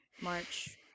March